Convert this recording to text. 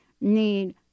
need